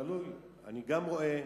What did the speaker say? אני גם רואה